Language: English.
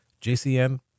JCN